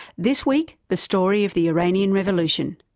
this week the story of the iranian revolution.